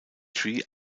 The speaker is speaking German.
tree